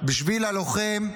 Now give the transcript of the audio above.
בשביל הלוחם,